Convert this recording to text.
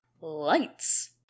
Lights